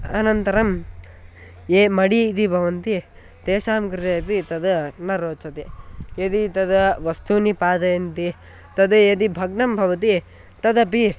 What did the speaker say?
अनन्तरं ये मडि इति बवन्ति तेषां कृते अपि तद् न रोचते यदि तदा वस्तूनि पातयन्ति तद् यदि भग्नं भवति तदपि